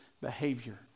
behavior